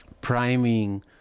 priming